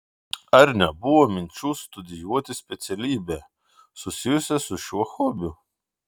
ar nebuvo minčių studijuoti specialybę susijusią su šiuo hobiu